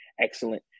excellent